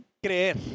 Creer